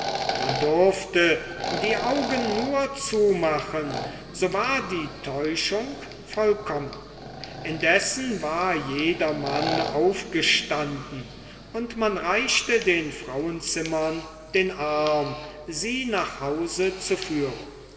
man durfte die augen nur zumachen so war die täuschung vollkommen indessen war jedermann aufgestanden und man reichte den frauenzimmern den arm sie nach hause zu führen